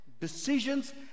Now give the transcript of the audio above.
decisions